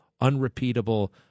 unrepeatable